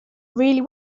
really